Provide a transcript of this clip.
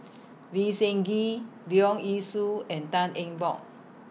Lee Seng Gee Leong Yee Soo and Tan Eng Bock